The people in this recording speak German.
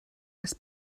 als